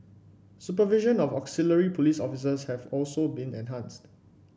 supervision of auxiliary police officers have also been enhanced